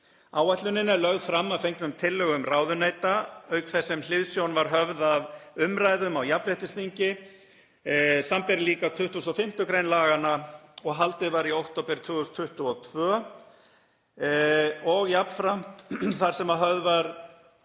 Áætlunin er lögð fram að fengnum tillögum ráðuneyta, auk þess sem hliðsjón var höfð af umræðum á jafnréttisþingi, sbr. líka 25. gr. laganna, sem haldið var í október 2022 og jafnframt þar sem höfð var